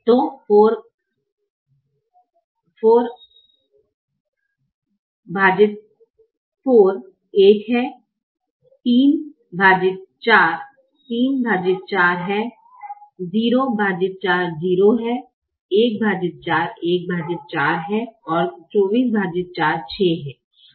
तो 44 1 है 34 34 है 04 0 है ¼ 14 है और 244 6 है